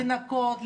לנקות,